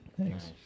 Thanks